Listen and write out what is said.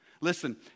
Listen